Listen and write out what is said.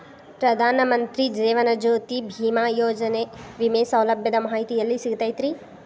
ಪ್ರಧಾನ ಮಂತ್ರಿ ಜೇವನ ಜ್ಯೋತಿ ಭೇಮಾಯೋಜನೆ ವಿಮೆ ಸೌಲಭ್ಯದ ಮಾಹಿತಿ ಎಲ್ಲಿ ಸಿಗತೈತ್ರಿ?